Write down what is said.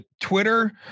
Twitter